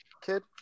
kid